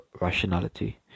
rationality